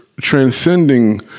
transcending